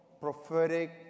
prophetic